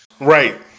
right